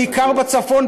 בעיקר בצפון,